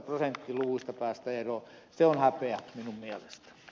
se on häpeä minun mielestäni